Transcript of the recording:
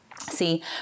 See